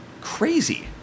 crazy